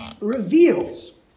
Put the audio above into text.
reveals